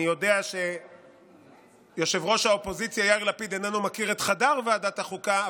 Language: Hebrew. אני יודע שראש האופוזיציה יאיר לפיד איננו מכיר את חדר ועדת החוקה,